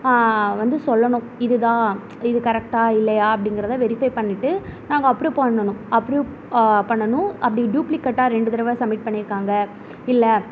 வந்து சொல்லணும் இதுதான் இது கரெக்ட்டா இல்லையா அப்படிங்குறத வெரிஃபை பண்ணிட்டு நாங்கள் அப்ரூ பண்ணணும் அப்ரூ பண்ணணும் அப்படி டூப்ளிகேட்டாக ரெண்டு தடவை சமிட் பண்ணியிருக்காங்க இல்லை